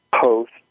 post